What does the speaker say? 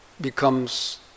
becomes